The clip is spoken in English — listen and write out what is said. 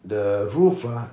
the roof ah